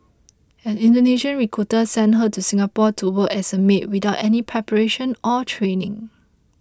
an Indonesian recruiter sent her to Singapore to work as a maid without any preparation or training